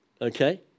Okay